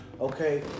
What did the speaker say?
okay